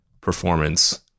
performance